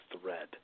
thread